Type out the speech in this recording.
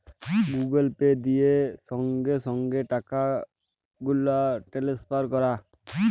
Google Pay দিয়ে সংগে সংগে টাকাগুলা টেলেসফার ক্যরা